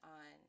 on